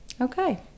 Okay